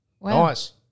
Nice